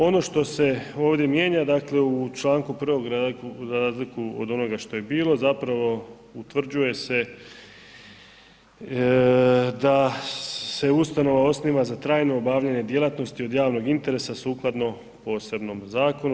Ono što se ovdje mijenja dakle u Članku 1. za razliku od onoga što je bilo, zapravo utvrđuje se da se ustanova osniva za trajno obavljanje djelatnosti od javnog interesa sukladno posebnom zakonu.